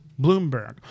Bloomberg